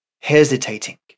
hesitating